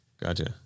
Gotcha